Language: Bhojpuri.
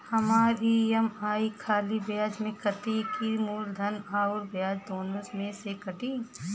हमार ई.एम.आई खाली ब्याज में कती की मूलधन अउर ब्याज दोनों में से कटी?